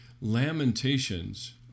lamentations